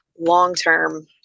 long-term